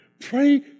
Pray